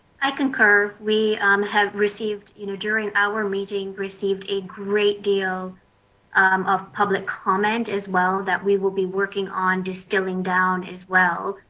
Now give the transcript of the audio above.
i concur. we have received you know during our meeting, received a great deal um of public comment, as well, that we will be working on distilling down as well,